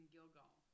Gilgal